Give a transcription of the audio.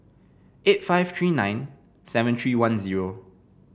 eight five three nine seven three one zero